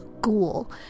ghoul